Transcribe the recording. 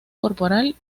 corporal